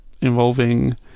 involving